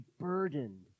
burdened